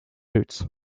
roots